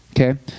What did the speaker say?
Okay